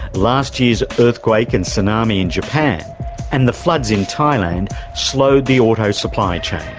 last year's earthquake and tsunami in japan and the floods in thailand slowed the auto supply chain.